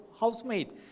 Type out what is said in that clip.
housemaid